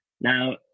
Now